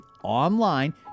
Online